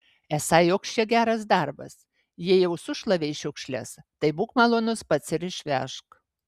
esą joks čia geras darbas jei jau sušlavei šiukšles tai būk malonus pats ir išvežk